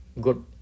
good